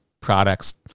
products